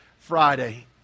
Friday